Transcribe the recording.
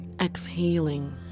Exhaling